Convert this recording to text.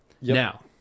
Now